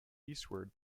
eastward